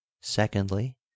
Secondly